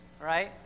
right